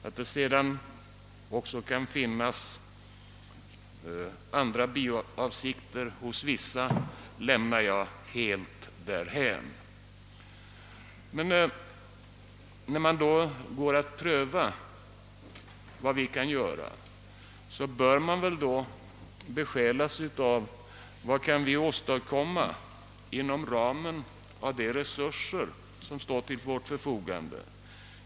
Att det sedan också kan finnas biavsikter hos vissa lämnar jag helt därhän. Men när man då går att pröva vad vi kan göra bör man besjälas av vad vi kan åstadkomma inom ramen för de resurser som står till vårt förfogande.